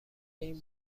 این